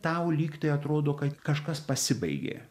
tau lyg tai atrodo kad kažkas pasibaigė